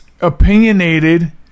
opinionated